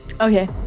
Okay